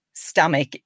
stomach